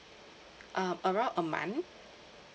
um around a month